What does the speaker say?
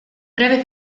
breve